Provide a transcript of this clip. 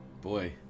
boy